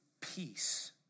peace